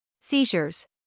seizures